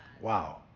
Wow